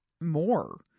more